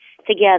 Together